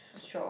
shop